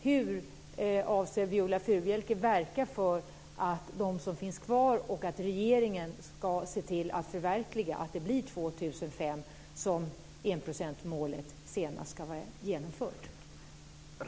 Hur avser Viola Furubjelke verka för att de som finns kvar i riksdagen och regeringen ser till att förverkliga att enprocentsmålet senast ska vara genomfört år 2005?